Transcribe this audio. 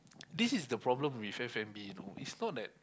this is the problem with F-and-B you know it's not that